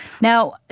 Now